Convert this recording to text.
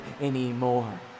anymore